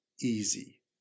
easy